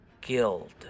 guild